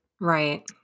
Right